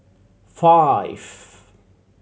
five